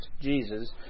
Jesus